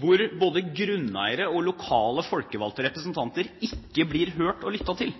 hvor både grunneiere og lokale folkevalgte representanter ikke blir hørt og lyttet til.